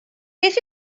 beth